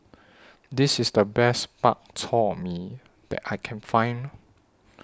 This IS The Best Bak Chor Mee that I Can Find